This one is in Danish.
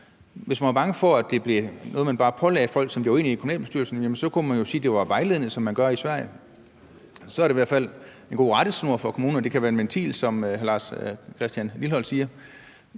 Hvis man var bange for, at det blev noget, der bare blev pålagt folk, som var valgt ind i kommunalbestyrelsen, så kunne man jo sige, at det er vejledende, som man gør i Sverige. Så er det i hvert fald en god rettesnor for kommunerne. Det kan være en ventil, som hr. Lars Christian Lilleholt siger,